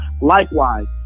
Likewise